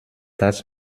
das